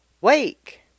Wake